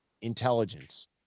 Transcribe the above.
intelligence